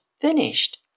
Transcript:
finished